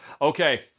Okay